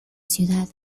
ciudad